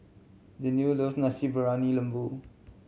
Deanne love Nasi Briyani Lembu